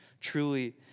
Truly